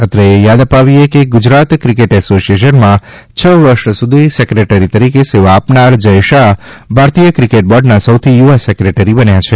અત્રે એ યાદ અપાવીએ કે ગુજરાત ક્રિકેટ એસોસીએશનમાં છ વર્ષ સુધી સેક્રેટરી તરીકે સેવા આપનાર જય શાહ ભારતીય ક્રિકેટ બોર્ડના સૌથી યુવા સેક્રેટરી બન્યા છે